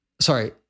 sorry